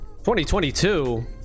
2022